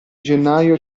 gennaio